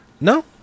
no